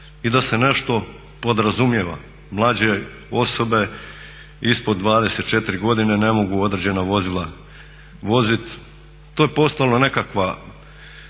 i da se nešto podrazumijeva. Mlađe osobe ispod 24 godine ne mogu određena vozila voziti. To je postalo nekakva